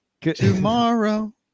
tomorrow